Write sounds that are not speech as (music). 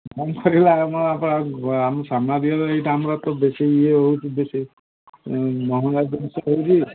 କାମ ସରିଗଲା ଆମ ଆ ଆମ (unintelligible) ଏଇଟା ଆମର ତ ବେଶୀ ଇଏ ହେଉଛି ବେଶୀ ମହଙ୍ଗା ଜିନିଷ ହେଉଛି